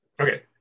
Okay